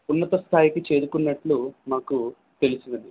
ఉన్నత స్థాయికి చేరుకున్నట్లు మాకు తెలిసినది